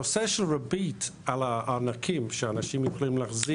הנושא של ריבית שהענקים יכולים להחזיק